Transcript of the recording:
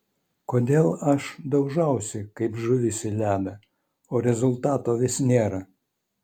kodėl aš daužausi kaip žuvis į ledą o rezultato vis nėra